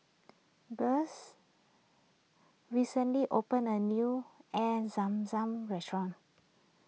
recently opened a new Air Zam Zam restaurant